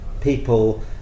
people